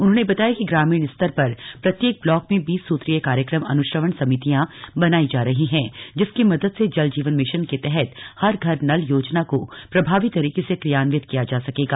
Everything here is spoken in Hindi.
उन्होंने बताया कि ग्रामीण स्तर पर प्रत्येक ब्लाक में बीस सूत्रीय कार्यक्रम अनुश्रवण समितियां बनाई जा रही है जिसकी मदद से जल जीवन मिशन के तहत हर घर नल योजना को प्रभावी तरीके से क्रियान्वित किया जा सकेगा